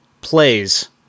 plays